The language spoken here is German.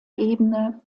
ebene